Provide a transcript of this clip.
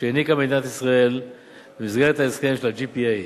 שהעניקה מדינת ישראל במסגרת ההסכם של ה-GPA.